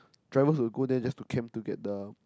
drivers will go there just to camp to get the